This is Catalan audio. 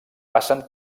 passen